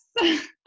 Yes